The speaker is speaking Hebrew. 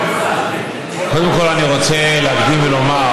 קודם כול, אני רוצה להקדים ולומר,